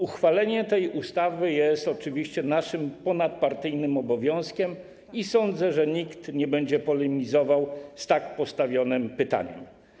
Uchwalenie tej ustawy jest oczywiście naszym ponadpartyjnym obowiązkiem i sądzę, że nikt nie będzie polemizował z tak postawionym pytaniem.